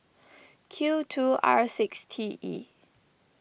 Q two R six T E